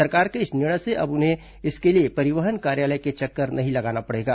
सरकार के इस निर्णय से अब उन्हें इसके लिए परिवहन कार्यालय के चक्कर नहीं लगाना पड़ेगा